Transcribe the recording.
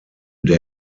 der